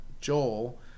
Joel